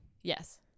yes